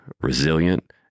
resilient